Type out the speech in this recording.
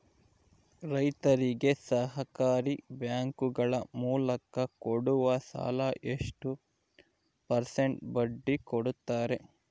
ರೈತರಿಗೆ ಸಹಕಾರಿ ಬ್ಯಾಂಕುಗಳ ಮೂಲಕ ಕೊಡುವ ಸಾಲ ಎಷ್ಟು ಪರ್ಸೆಂಟ್ ಬಡ್ಡಿ ಕೊಡುತ್ತಾರೆ?